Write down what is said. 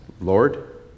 Lord